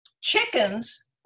chickens